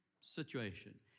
situation